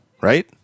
right